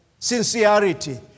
Sincerity